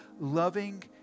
loving